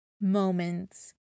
moments